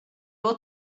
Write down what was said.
will